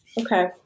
Okay